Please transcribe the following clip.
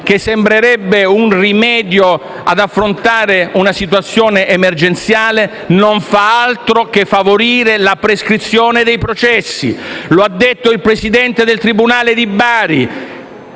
che sembrerebbe un rimedio per affrontare una situazione emergenziale, non fa altro che favorire la prescrizione dei processi. Lo ha detto il presidente del tribunale di Bari: